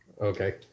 Okay